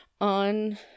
on